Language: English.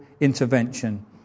intervention